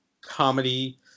comedy –